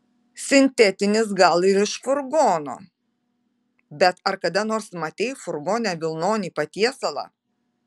sintetinis gal ir iš furgono bet ar kada nors matei furgone vilnonį patiesalą